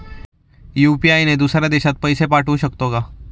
UPI ने दुसऱ्या देशात पैसे पाठवू शकतो का?